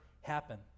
happen